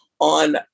on